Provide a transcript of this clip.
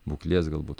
būklės galbūt